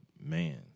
man